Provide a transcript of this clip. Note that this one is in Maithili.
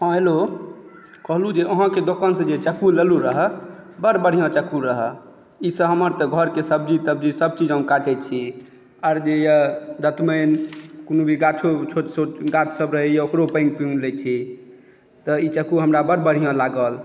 हँ हेलो कहलहुँ जे अहाँके दोकानसँ जे चक्कू लेलहुँ रहए बड़ बढ़िआँ चक्कू रहए ईसँ हमर तऽ घरके सब्जी तब्जी सभचीज हम काटैत छी आर जे यए दतमनि कोनो भी गाछो छोट छोट गाछसभ रहैए ओकरो पाङ्गि पुङ्गि लैत छी तऽ ई चक्कू हमरा बड़ बढ़िआँ लागल